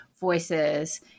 voices